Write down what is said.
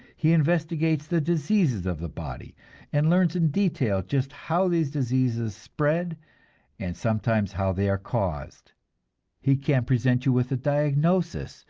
he investigates the diseases of the body and learns in detail just how these diseases spread and sometimes how they are caused he can present you with a diagnosis,